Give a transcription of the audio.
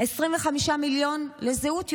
25 מיליון לזהות יהודית,